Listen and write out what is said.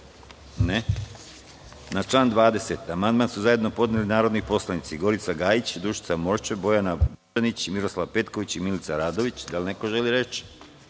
(Ne)Na član 20. amandman su zajedno podneli narodni poslanici Gorica Gajić, Dušica Morčev, Bojana Božanić, Miroslav Petković i Milica Radović. Reč ima narodni